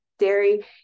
dairy